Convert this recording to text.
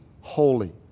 holy